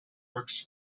works